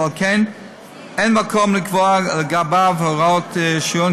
ועל כן אין מקום לקבוע לגביו הוראת שריון,